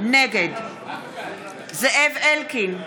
נגד זאב אלקין,